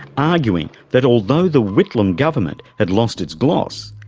arguing that although the whitlam government had lost its gloss,